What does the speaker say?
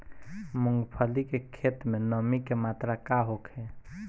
मूँगफली के खेत में नमी के मात्रा का होखे?